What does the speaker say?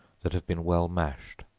that have been well mashed,